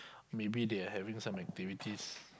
maybe they're having some activities